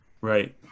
Right